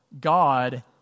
God